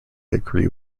agree